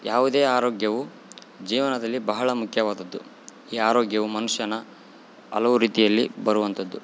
ಯಾವುದೇ ಆರೋಗ್ಯವು ಜೀವನದಲ್ಲಿ ಬಹಳ ಮುಕ್ಯವಾದದ್ದು ಈ ಆರೋಗ್ಯವು ಮನುಷ್ಯನ ಹಲವು ರೀತಿಯಲ್ಲಿ ಬರುವಂಥದ್ದು